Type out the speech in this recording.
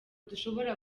dushobora